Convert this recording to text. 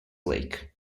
lake